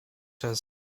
has